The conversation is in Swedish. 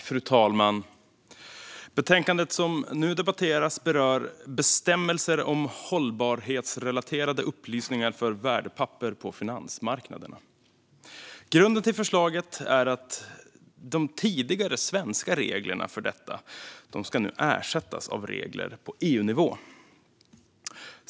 Fru talman! Betänkandet som nu debatteras berör bestämmelser om hållbarhetsrelaterade upplysningar för värdepapper på finansmarknaderna. Grunden till förslaget är att de tidigare svenska reglerna för detta nu ska ersättas av regler på EU-nivå.